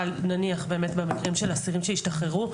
נניח באמת במקרים של אסירים שהשתחררו.